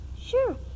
Sure